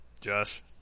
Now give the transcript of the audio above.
Josh